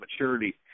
maturity